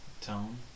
tone